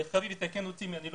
חביב יתקן אותי, אם איני